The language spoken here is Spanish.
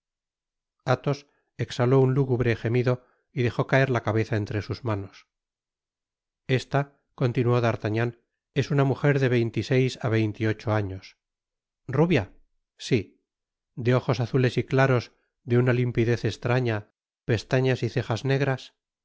athos exhaló un lúgubre gemido y dejó caer la cabeza entre sus manos esta continuó d'artagnan es una mujer de veinte y seis á veinte y ocho años rubia si de ojos azules y claros de una limpidez estraoa pestañas v cejas negras